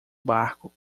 barco